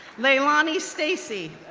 leilani stacy,